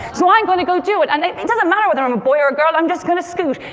so i'm going to go do it. and it doesn't matter whether i'm a boy or a girl, i'm just going to scoot.